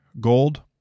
Gold